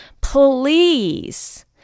please